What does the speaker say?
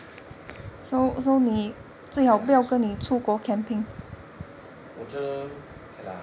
okay lah 我觉得 okay lah